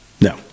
No